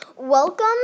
Welcome